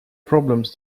problems